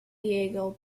diego